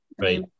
Right